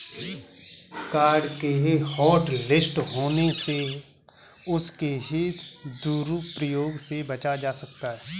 card के hotlist होने से उसके दुरूप्रयोग से बचा जा सकता है